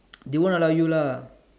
they won't allow you lah